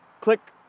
click